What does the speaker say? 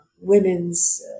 women's